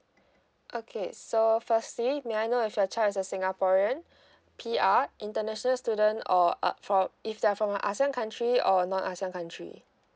okay so firstly may I know if your child is a singaporean P_R international student or uh from if they're from ASEAN country or not ASEAN country